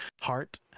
heart